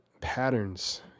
patterns